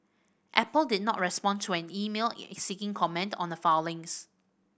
apple did not respond to an email seeking comment on the filings